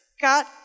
got